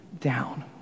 down